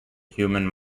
human